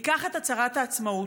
ייקח את הצהרת העצמאות,